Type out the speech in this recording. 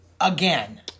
again